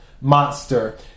monster